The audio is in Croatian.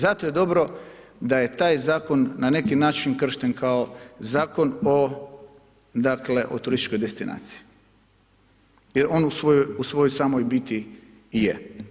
Zato je dobro da je taj zakon na neki način kršten kao Zakon o turističkoj destinaciji gdje on u svoj samoj biti i je.